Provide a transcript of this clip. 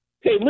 Hey